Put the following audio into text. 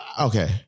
Okay